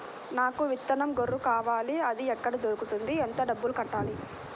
నాకు విత్తనం గొర్రు కావాలి? అది ఎక్కడ దొరుకుతుంది? ఎంత డబ్బులు కట్టాలి?